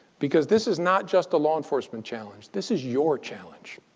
because this is not just a law enforcement challenge. this is your challenge.